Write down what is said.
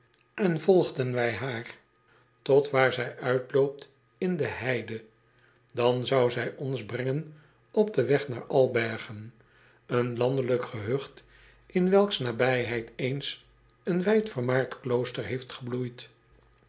en volgden wij haar tot waar zij uitloopt in de heide dan zou zij ons brengen op den weg naar l b e r g e n een landelijk gehucht in welks nabijheid eens een wijdvermaard klooster heeft gebloeid